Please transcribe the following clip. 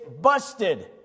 busted